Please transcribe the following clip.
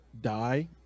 die